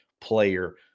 player